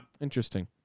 Interesting